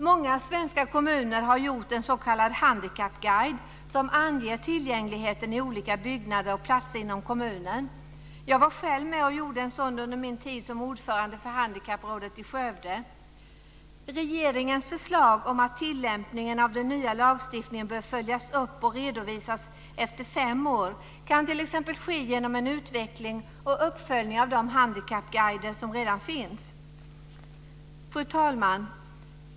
Många svenska kommuner har gjort en s.k. handikappguide som anger tillgängligheten i olika byggnader och på olika platser inom kommunen. Jag var själv med och gjorde en sådan under min tid som ordförande för handikapprådet i Skövde. Regeringens förslag om att "tillämpningen av den nya lagstiftningen bör följas upp och redovisas efter fem år" kan t.ex. ske genom en utveckling och uppföljning av de handikappguider som redan finns. Fru talman!